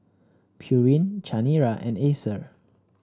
Pureen Chanira and Acer